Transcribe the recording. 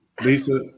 Lisa